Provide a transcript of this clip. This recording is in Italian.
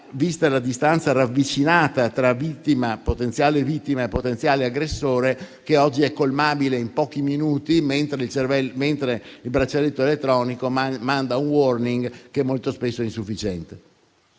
vista la distanza ravvicinata tra potenziale vittima e potenziale aggressore che oggi è colmabile in pochi minuti, mentre il braccialetto elettronico manda un *warning*, che molto spesso è insufficiente.